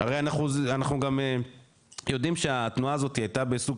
הרי אנחנו גם יודעים שהתנועה הזאת הייתה בסוג